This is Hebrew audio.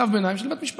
צו ביניים של בית משפט,